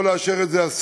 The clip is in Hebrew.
יכול לאשר את זה השר,